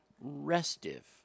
Restive